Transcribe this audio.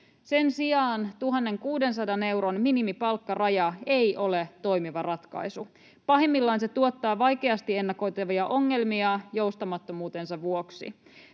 Sen sijaan 1 600 euron minimipalkkaraja ei ole toimiva ratkaisu. Pahimmillaan se tuottaa vaikeasti ennakoitavia ongelmia joustamattomuutensa vuoksi.